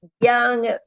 young